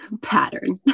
pattern